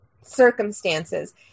circumstances